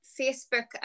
Facebook